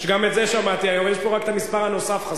גם את זה שמעתי היום, יש פה רק המספר הנוסף חסר.